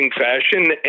fashion